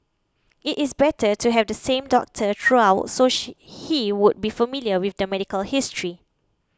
it is better to have the same doctor throughout so she he would be familiar with the medical history